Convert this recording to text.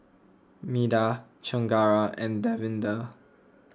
Medha Chengara and Davinder